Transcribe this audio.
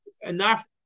enough